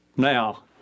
now